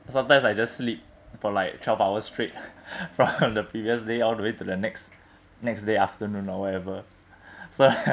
sometimes I just sleep for like twelve hours straight from the previous day all the way to the next next day afternoon or whatever so